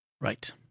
Right